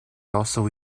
also